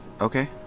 Okay